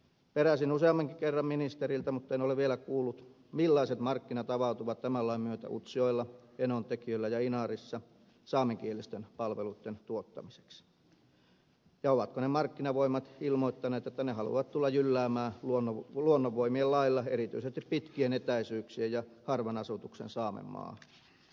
peräsin useankin kerran ministeriltä mutta en ole vielä kuullut millaiset markkinat avautuvat tämän lain myötä utsjoella enontekiöllä ja inarissa saamenkielisten palveluitten tuottamiseksi ja ovatko ne markkinavoimat ilmoittaneet että ne haluavat tulla jylläämään luonnonvoimien lailla erityisesti pitkien etäisyyksien ja harvan asutuksen saamenmaalla